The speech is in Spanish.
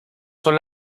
son